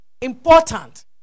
important